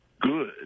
good